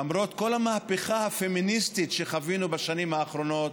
למרות כל המהפכה הפמיניסטית שחווינו בשנים האחרונות,